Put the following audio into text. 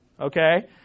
okay